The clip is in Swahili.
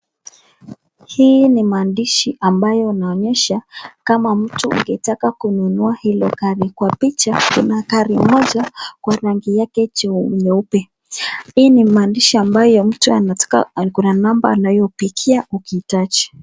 Hii ni maandishi ambayo inaonyesha kama mtu angetaka kununua hili gari. Kwa picha kuna gari moja kwa rangi yake nyeupe. Hii ni maandishi ambayo mtu anataka ako na namba anayopigia akihitaji.